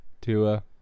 Tua